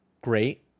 great